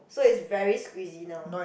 so is very squeezy now